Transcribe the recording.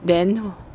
then